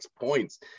points